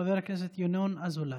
חבר הכנסת ינון אזולאי.